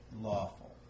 lawful